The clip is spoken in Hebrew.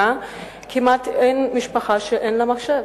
כמעט שאין משפחה שאין לה מחשב.